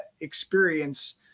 experience